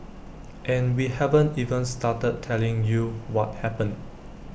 and we haven't even started telling you what happened